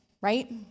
right